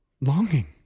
longing